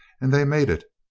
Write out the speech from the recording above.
and they made it,